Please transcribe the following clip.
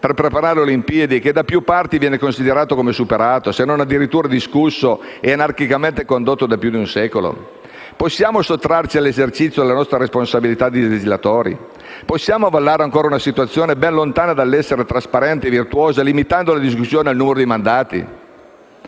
per preparare le Olimpiadi e che da più parti viene considerato come superato, se non addirittura discusso e anarchicamente condotto da più di un secolo? Possiamo sottrarci all'esercizio della nostra responsabilità di legislatori? Possiamo avallare ancora una situazione ben lontana dall'essere trasparente e virtuosa, limitando la discussione al numero dei mandati?